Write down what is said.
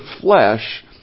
flesh